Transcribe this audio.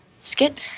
Skit